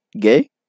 gay